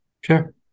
Sure